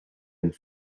and